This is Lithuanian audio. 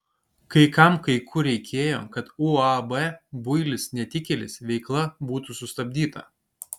kai kam kai kur reikėjo kad uab builis netikėlis veikla būtų sustabdyta